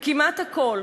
וכמעט הכול,